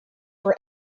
were